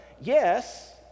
Yes